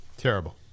Terrible